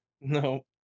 no